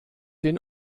den